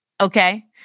Okay